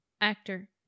actor